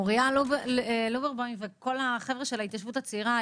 אוריה לוברבום וכל החבר'ה של ההתיישבות הצעירה,